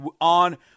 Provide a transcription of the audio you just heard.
on